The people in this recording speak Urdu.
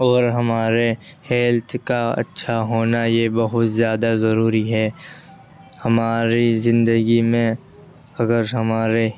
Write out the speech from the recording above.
اور ہمارے ہیلتھ کا اچھا ہونا یہ بہت زیادہ ضروری ہے ہماری زندگی میں اگر ہمارے